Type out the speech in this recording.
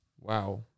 wow